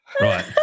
Right